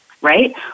Right